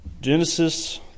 Genesis